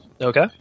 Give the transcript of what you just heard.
okay